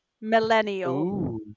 millennial